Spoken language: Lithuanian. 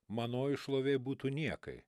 manoji šlovė būtų niekai